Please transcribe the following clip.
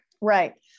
Right